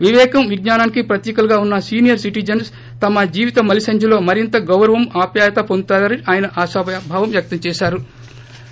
వివేకం విజ్ఞానానికి ప్రతీకలుగా ఉన్న సీనియర్ సిటిజెన్స్ తమ జీవిత మలిసంధ్యలో మరింత గౌరవం ఆప్యాయత పొందుతారని ఆయన ఆశాభావం వ్యక్తం చేశారు